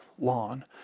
lawn